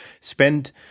Spend